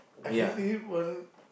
I can eat one